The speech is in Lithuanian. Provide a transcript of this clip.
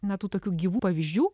na tų tokių gyvų pavyzdžių